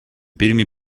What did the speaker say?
primi